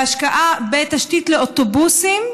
והשקעה בתשתית לאוטובוסים,